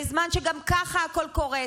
בזמן שגם ככה הכול קורס,